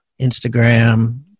Instagram